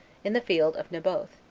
in the field of naboth,